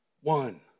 one